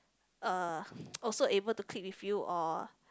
uh also able to click with you or